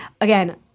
Again